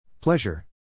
Pleasure